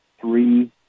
three